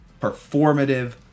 performative